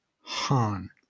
Han